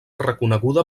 reconeguda